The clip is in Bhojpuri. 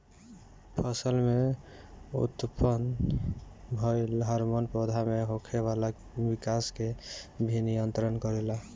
फसल में उत्पन्न भइल हार्मोन पौधा में होखे वाला विकाश के भी नियंत्रित करेला